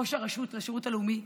ראש הרשות לשירות הלאומי,